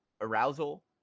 arousal